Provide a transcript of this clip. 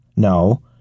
No